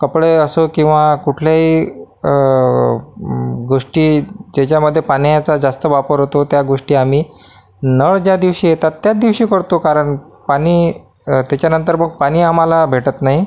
कपडे असो किंवा कुठलेही गोष्टी ज्याच्यामध्ये पाण्याचा जास्त वापर होतो त्या गोष्टी आम्ही नळ ज्यादिवशी येतात त्याच दिवशी करतो कारण पाणी त्याच्यानंतर मग पाणी आम्हाला भेटत नाही